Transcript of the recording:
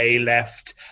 left